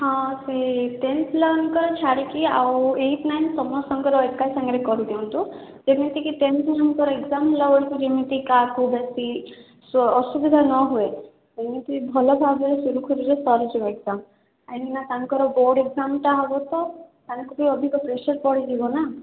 ସେହି ଟେନ୍ଥ ପିଲାମାନଙ୍କର ଛାଡ଼ିକି ଆଉ ଏଇଟ୍ ନାଇନ୍ ସମସ୍ତଙ୍କର ଏକା ସାଙ୍ଗରେ କରି ଦିଅନ୍ତୁ ଯେମିତି କି ଟେନ୍ଥ ପିଲାମାନଙ୍କର ଏକ୍ଜାମ୍ ହେଲାବେଳକୁ ଯେମିତି କାହାକୁ ବେଶୀ ସେ ଅସୁବିଧା ନ ହୁଏ ଯେମିତି ଭଲ ଭାବରେ ସୁରୁଖୁରୁରେ ସରିଯିବ ଏକ୍ଜାମ୍ କାଇଁକି ନା ତାଙ୍କର ବୋର୍ଡ଼ ଏକ୍ଜାମ୍ଟା ବ ତ ତାଙ୍କୁ ବି ଅଧିକ ପ୍ରେସର୍ ପଡ଼ିଯିବ ନା